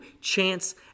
chance